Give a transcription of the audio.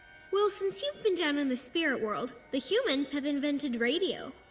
well since you've been down in the spirit world, the humans have invented radio.